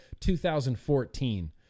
2014